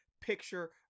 picture